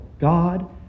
God